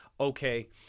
Okay